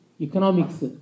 economics